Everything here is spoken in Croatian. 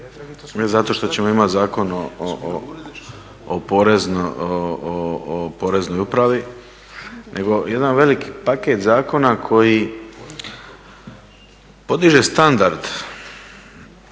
zato što ćemo imati Zakon o poreznoj upravi, nego jedan veliki paket zakona koji podiže standard.